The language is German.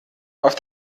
auf